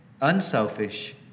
unselfish